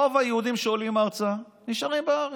רוב היהודים שעולים ארצה נשארים בארץ.